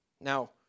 Now